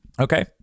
Okay